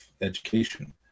education